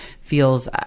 feels